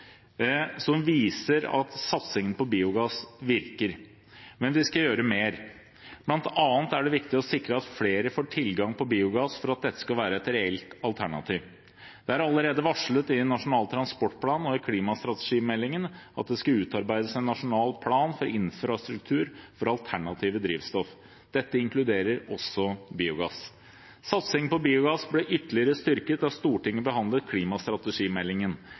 som viser at satsing på biogass virker, men vi skal gjøre mer. Det er bl.a. viktig å sikre at flere får tilgang til biogass, for at dette skal være et reelt alternativ. Det er allerede varslet i Nasjonal transportplan og i klimastrategimeldingen at det skal utarbeides en nasjonal plan for infrastruktur for alternative drivstoff. Dette inkluderer også biogass. Satsingen på biogass ble ytterligere styrket da Stortinget behandlet klimastrategimeldingen.